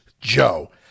Joe